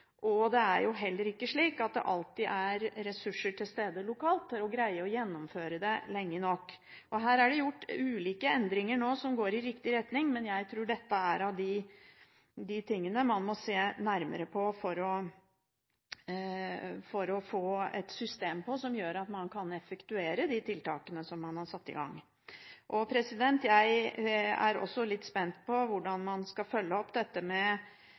Det er heller ikke slik at det alltid er ressurser til stede lokalt for å greie å gjennomføre den lenge nok. Her er det gjort ulike endringer som går i riktig retning, men jeg tror dette er av de tingene man må se nærmere på for å få et system som gjør at man kan effektuere de tiltakene som man har satt i gang. Jeg er også litt spent på hvordan man skal følge opp dette med